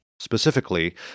Specifically